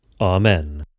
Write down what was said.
Amen